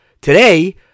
today